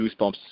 goosebumps